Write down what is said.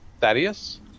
thaddeus